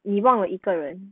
你忘了一个人